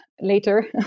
later